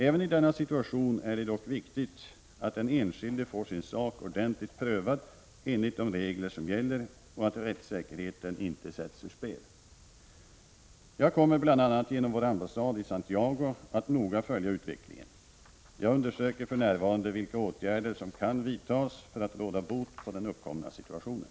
Även i denna situation är det dock viktigt att den enskilde får sin sak ordentligt prövad enligt de regler som gäller och att rättssäkerheten inte sätts ur spel. Jag kommer bl.a. genom vår ambassad i Santiago att noga följa utvecklingen. Jag undersöker för närvarande vilka åtgärder som kan vidtas för att råda bot på den uppkomna situationen.